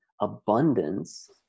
abundance